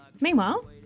Meanwhile